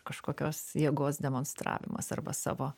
kažkokios jėgos demonstravimas arba savo